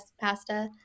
pasta